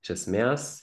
iš esmės